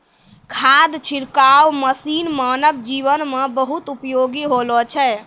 खाद छिड़काव मसीन मानव जीवन म बहुत उपयोगी होलो छै